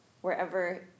wherever